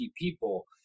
people